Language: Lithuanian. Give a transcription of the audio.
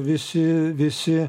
visi visi